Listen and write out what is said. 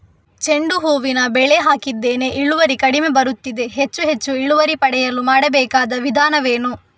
ಚೆಂಡು ಹೂವಿನ ಬೆಳೆ ಹಾಕಿದ್ದೇನೆ, ಇಳುವರಿ ಕಡಿಮೆ ಬರುತ್ತಿದೆ, ಹೆಚ್ಚು ಹೆಚ್ಚು ಇಳುವರಿ ಪಡೆಯಲು ಮಾಡಬೇಕಾದ ವಿಧಾನವೇನು?